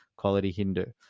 qualityhindu